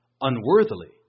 unworthily